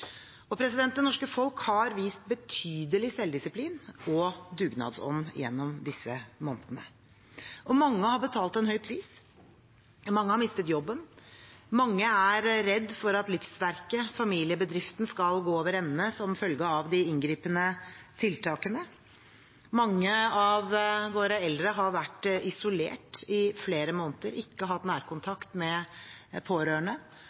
Det norske folk har vist betydelig selvdisiplin og dugnadsånd gjennom disse månedene. Mange har betalt en høy pris. Mange har mistet jobben. Mange er redd for at livsverket, familiebedriften, skal gå over ende som følge av de inngripende tiltakene. Mange av våre eldre har vært isolert i flere måneder, har ikke hatt nærkontakt med pårørende.